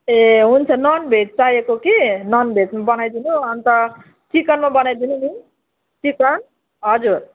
ए हुन्छ ननभेज चाहिएको कि ननभेज बनाइदिनु अन्त चिकनमा बनाइदिनु नि चिकन हजुर